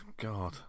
God